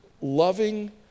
loving